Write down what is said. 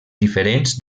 diferents